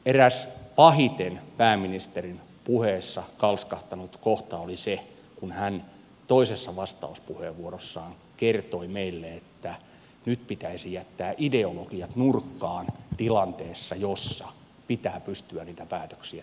eräs pahiten pääministerin puheessa kalskahtanut kohta oli se kun hän toisessa vastauspuheenvuorossaan kertoi meille että nyt pitäisi jättää ideologiat nurkkaan tilanteessa jossa pitää pystyä niitä päätöksiä tekemään